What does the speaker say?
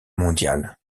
mondiale